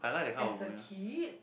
as a kid